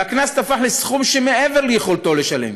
והקנס תפח לסכום שמעבר ליכולתו לשלם.